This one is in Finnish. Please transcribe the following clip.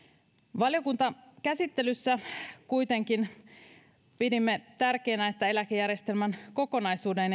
valiokuntakäsittelyssä kuitenkin pidimme tärkeänä että eläkejärjestelmän kokonaisuuden